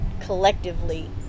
collectively